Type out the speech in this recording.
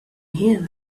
here